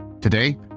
Today